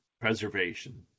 preservation